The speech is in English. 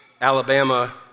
Alabama